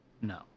No